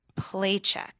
playcheck